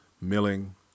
milling